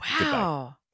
wow